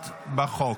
1 בחוק,